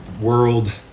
world